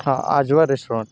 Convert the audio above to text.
हा आजवा रेस्टॉरंट